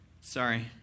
Sorry